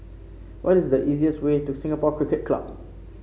what is the easiest way to Singapore Cricket Club